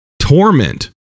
Torment